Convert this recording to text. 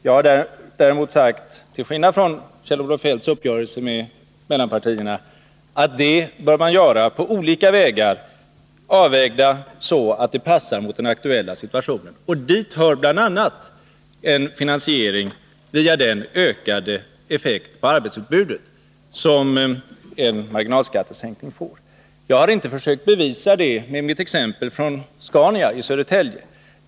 Jag har sagt att detta — till skillnad mot vad som blir fallet om man tillämpar Kjell-Olof Feldts uppgörelse med mellanpartierna — bör göras på olika vägar, anpassade efter den aktuella situationen. Dit hör bl.a. en finansiering via den ökade effekt på arbetsutbudet som en marginalskattesänkning får. Jag har inte försökt bevisa det med mitt exempel från Scania i Södertälje.